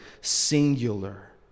singular